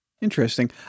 Interesting